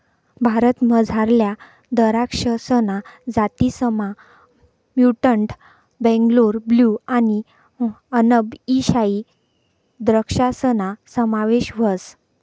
भारतमझारल्या दराक्षसना जातीसमा म्युटंट बेंगलोर ब्लू आणि अनब ई शाही द्रक्षासना समावेश व्हस